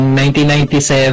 1997